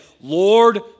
Lord